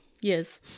Yes